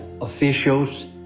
officials